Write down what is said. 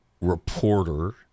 reporter